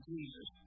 Jesus